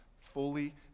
fully